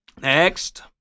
Next